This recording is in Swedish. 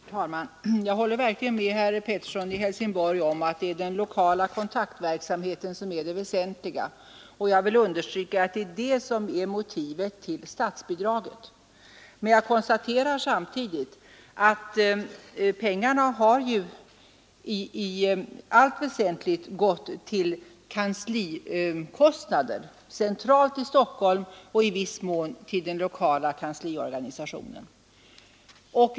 Herr talman! Jag håller verkligen med herr Pettersson i Helsingborg om att den lokala kontaktverksamheten är väsentlig, och jag vill understryka att denna utgör motivet till statsbidraget. Men jag konstaterar samtidigt att pengarna i allt väsentligt gått till kanslikostnader, centralt i Stockholm och i viss mån till den lokala kansliorganisationen.